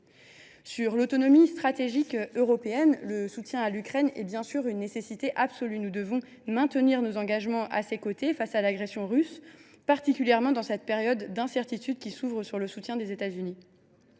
d’autonomie stratégique européenne, le soutien à l’Ukraine est une nécessité absolue. Nous devons maintenir notre engagement à ses côtés face à l’agression russe, particulièrement dans la période d’incertitude qui s’ouvre concernant le soutien des États Unis.